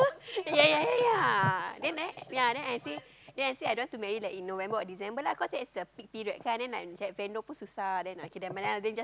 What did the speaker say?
ya ya ya ya then I then I say then I say I don't want to marry like in November or December lah cause that's the peak period kan then like nak cari vendor pun susah then okay nevermind lah then jsut push to January